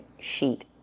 sheet